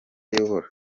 ayobora